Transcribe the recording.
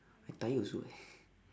I tired also eh